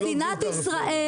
מדינת ישראל